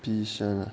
patient